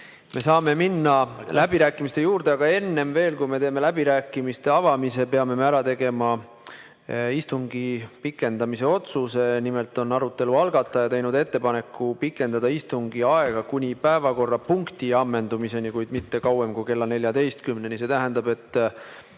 Me saame minna läbirääkimiste juurde, aga enne veel, kui me teeme läbirääkimiste avamise, peame ära tegema istungi pikendamise otsuse. Nimelt on arutelu algataja teinud ettepaneku pikendada istungi aega kuni päevakorrapunkti ammendumiseni, kuid mitte kauem kui kella 14-ni. See tähendab, et